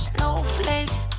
Snowflakes